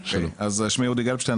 שמי אודי גלבשטיין,